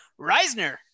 reisner